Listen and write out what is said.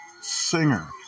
Singer